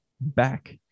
back